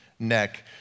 neck